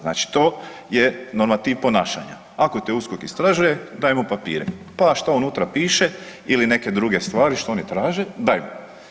Znači to je normativ ponašanja, ako te USKOK istražuje daj mu papire pa šta unutra piše ili neke druge stvari što oni traže daj mu.